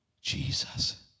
Jesus